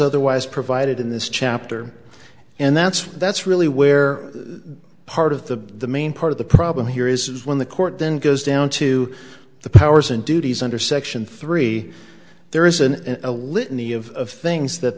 otherwise provided in this chapter and that's that's really where the part of the main part of the problem here is when the court then goes down to the powers and duties under section three there isn't a litany of things that